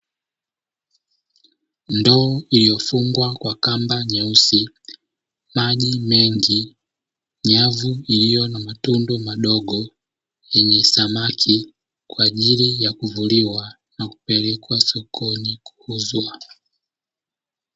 Ndoo iliyofungwa kwa kamba nyeusi, maji mengi, nyavu iliyo na matundu madogo, yenye samaki kwa ajili ya kuvuliwa kupelekwa sokoni kuuzwa.